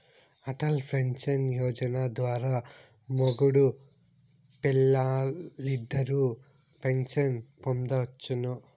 Atal pension Yojana ద్వారా మొగుడూ పెల్లాలిద్దరూ పెన్సన్ పొందొచ్చును